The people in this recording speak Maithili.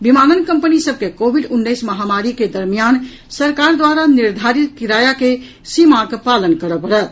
विमानन कम्पनी सभ के कोविड उन्नैस महामारी के दरमियान सरकार द्वारा निर्धारित किराया के सीमाक पालन करऽ पड़त